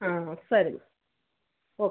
ಹಾಂ ಸರಿ ಮ ಓಕೆ